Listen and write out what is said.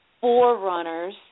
forerunners